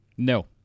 No